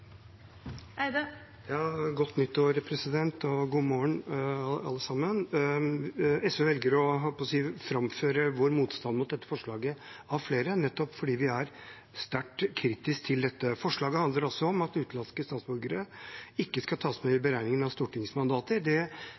Godt nytt år, president, og god morgen alle sammen! SV velger å framføre vår motstand mot dette forslaget – av flere – nettopp fordi vi er sterkt kritiske til dette. Forslaget handler altså om at utenlandske statsborgere ikke skal tas med ved beregningen av